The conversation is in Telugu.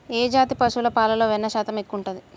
ఏ జాతి పశువుల పాలలో వెన్నె శాతం ఎక్కువ ఉంటది?